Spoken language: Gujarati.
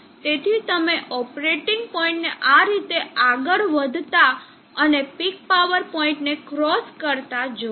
તેથી તમે ઓપરેટિંગ પોઇન્ટને આ રીતે આગળ વધતા અને પીક પાવર પોઇન્ટને ક્રોસ કરતા જોશો